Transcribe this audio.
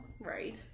right